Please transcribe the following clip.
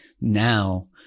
now